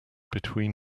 between